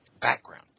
background